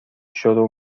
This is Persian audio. شروع